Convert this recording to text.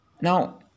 Now